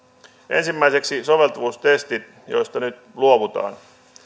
ensimmäiseksi soveltuvuustestit joista nyt luovutaan